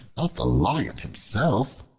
not the lion himself.